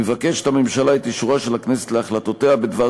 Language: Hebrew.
מבקשת הממשלה את אישורה של הכנסת להחלטותיה בדבר